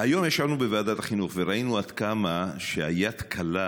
היום ישבנו בוועדת החינוך וראינו עד כמה היד קלה